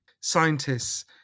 scientists